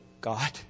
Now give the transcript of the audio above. God